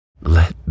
let